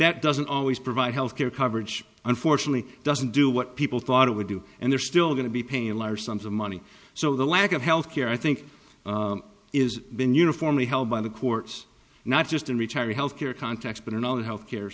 that doesn't always provide health care coverage unfortunately doesn't do what people thought it would do and they're still going to be paying a large sums of money so the lack of health care i think is been uniformly held by the courts not just in retiree health care context but in all health care